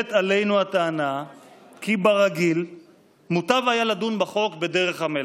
מקובלת עלינו הטענה שברגיל מוטב היה לדון בחוק בדרך המלך,